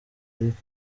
ariko